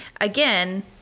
again